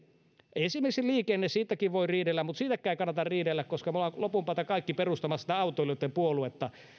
esimerkiksi liikenne siitäkin voi riidellä mutta siitäkään ei kannata riidellä koska me olemme lopun päältä kaikki perustamassa sitä autoilijoitten puoluetta